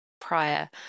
prior